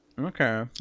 okay